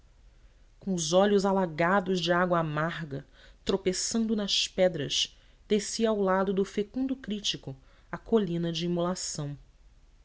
com os olhos alagados de água amarga tropeçando nas pedras desci ao lado do fecundo crítico a colina de imolação